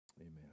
amen